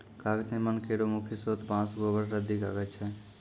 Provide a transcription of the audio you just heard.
कागज निर्माण केरो मुख्य स्रोत बांस, गोबर, रद्दी कागज छै